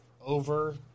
over